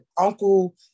uncle